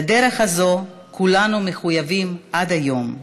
לדרך הזאת כולנו מחויבים עד היום,